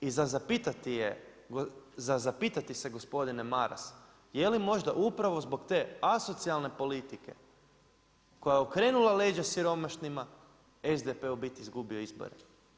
I za zapitati je, zapitajte se gospodine Maras, je li možda upravo zbog te asocijalne politike, koja je okrenula leđa siromašnima, SDP je u biti izgubio izbore.